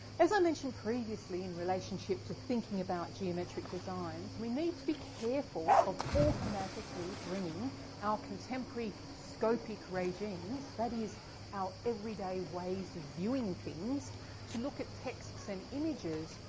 as i mentioned previously in relationship to thinking about geometric designs, we need to be careful of automatically bringing our contemporary scopic regimes that is our everyday ways of viewing things to look at texts and images